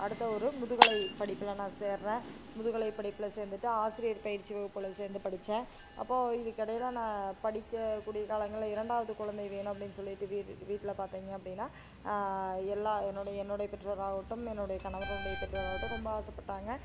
அடுத்த ஒரு முதுகலை படிப்பில் நான் சேர்றேன் முதுகலை படிப்பில் சேர்த்துட்டு ஆசிரியர் பயிற்சி வகுப்பில் சேர்த்து படித்தேன் அப்போ இதுக்கிடையில நான் படிக்க கூடிய காலங்களில் இரண்டாவது குழந்தை வேணும் அப்படின்னு சொல்லிவிட்டு வீ வீட்டில் பார்த்திங்க அப்படின்னா எல்லா என்னுடைய என்னுடைய பெற்றோர் ஆகட்டும் என்னுடைய கணவருடைய பெற்றோர் ஆகட்டும் ரொம்ப ஆசைப்பட்டாங்க